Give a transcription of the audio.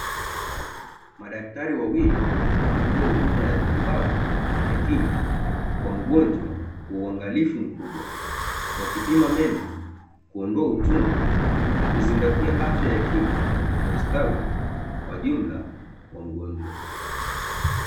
Madaktari wawili wanatoa huduma ya matibabu ya kinywa kwa mgonjwa kwa uangalifu mkubwa, wakipima meno kuondoa uchungu na kuzingatia afya ya kinywa kwa ustawi wa jumla wa mgonjwa.